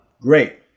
Great